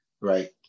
right